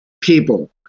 people